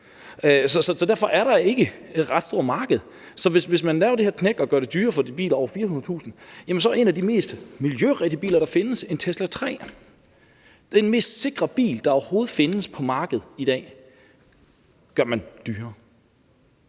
så derfor er der ikke et ret stort marked, så hvis man laver det her knæk og gør det dyrere for biler over 400.000 kr., så gør man en af de mest miljørigtige biler, der findes, en Tesla 3 – den mest sikre bil, der overhovedet findes på markedet i dag – dyrere.